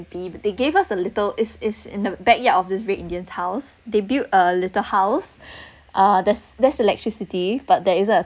they gave us a little is is in the backyard of this red indians house they built a little house uh there's there's electricity but there is a